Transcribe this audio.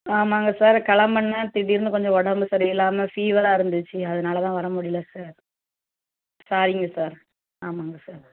ஆமாங்க சார் கிளம்புனேன் திடீர்னு கொஞ்சம் உடம்பு சரியில்லாமல் ஃபீவராக இருந்துச்சு அதனாலதான் வர முடியல சார் சாரிங்க சார் ஆமாங்க சார்